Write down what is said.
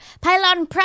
pylon